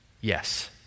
yes